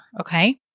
Okay